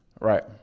right